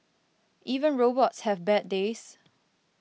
even robots have bad days